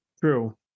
True